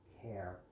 care